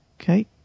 Okay